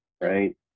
right